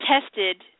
tested